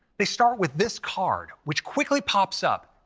they start with this card which quickly pops up.